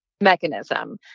mechanism